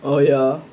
oh ya